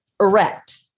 erect